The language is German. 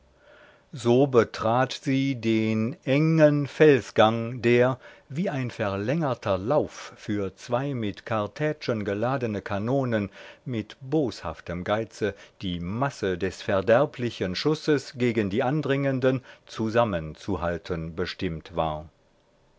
so betrat sie den engen felsgang der wie ein verlängerter lauf für zwei mit kartätschen geladene kanonen mit boshaftem geize die masse des verderblichen schusses gegen die andringenden zusammen zu halten bestimmt war